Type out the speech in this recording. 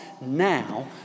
now